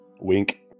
wink